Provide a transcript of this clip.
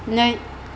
नै